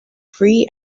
free